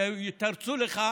ויתרצו לך